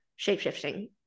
shape-shifting